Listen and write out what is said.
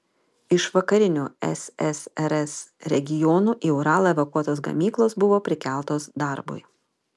iš vakarinių ssrs regionų į uralą evakuotos gamyklos buvo prikeltos darbui